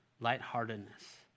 lightheartedness